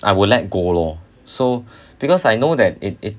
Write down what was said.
I will let go lor so because I know that it it